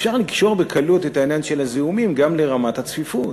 אפשר לקשור בקלות את העניין של הזיהומים גם לרמת הצפיפות,